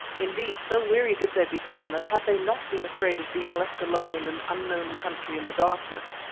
indeed, so weary did they become, that had they not been afraid of being left alone in an unknown country in the darkness,